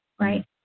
right